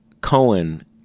Cohen